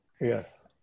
Yes